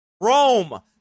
Rome